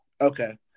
Okay